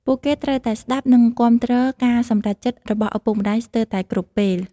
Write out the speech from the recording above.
ពួកគេត្រូវតែស្ដាប់ និងគាំទ្រការសម្រេចចិត្តរបស់ឪពុកម្តាយស្ទើតែគ្រប់ពេល។